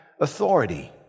authority